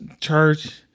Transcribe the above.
church